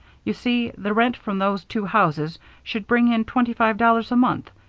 you see, the rent from those two houses should bring in twenty-five dollars a month,